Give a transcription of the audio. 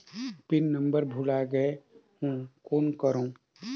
Pin number भुला गयें हो कौन करव?